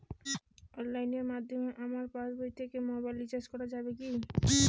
অনলাইনের মাধ্যমে আমার পাসবই থেকে মোবাইল রিচার্জ করা যাবে কি?